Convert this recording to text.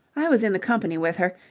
i was in the company with her,